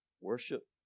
Worship